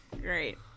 great